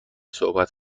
صحبت